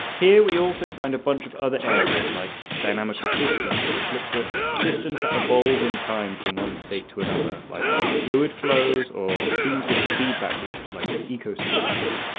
here we also find a bunch of other areas like dynamical systems which looks at systems that evolve in time from one state to another, like fluid flows or things with feedback loops like ecosystems.